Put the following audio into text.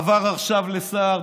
עבר עכשיו לסער.